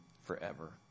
forever